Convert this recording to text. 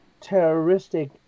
terroristic